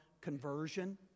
conversion